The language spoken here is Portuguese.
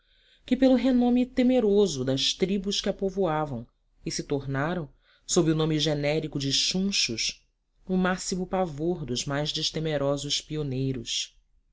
que pelo renome temeroso das tribos que a povoam e se tornaram sob o nome genérico de chunchos o máximo pavor dos mais destemerosos pioneiros